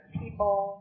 people